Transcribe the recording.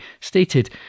stated